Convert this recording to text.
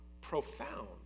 profound